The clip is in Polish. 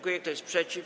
Kto jest przeciw?